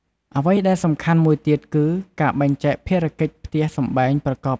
អ្វីដែលសំខាន់មួយទៀតគី ការបែងចែកភារកិច្ចផ្ទះសម្បែងប្រកបដោយយុត្តិធម៌ ជួយកាត់បន្ថយភាពតានតឹង និងបង្កើតបរិយាកាសរីករាយក្នុងផ្ទះ។